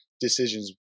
decisions